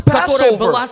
Passover